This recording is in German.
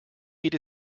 geht